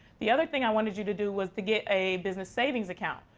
the otherthing i wanted you to do was to get a business savings account.